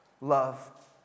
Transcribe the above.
love